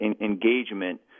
engagement